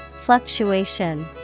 Fluctuation